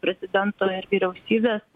prezidento ir vyriausybės